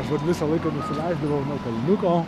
aš vat visą laiką nusileisdavau nuo kalniuko